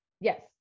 Yes